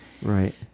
right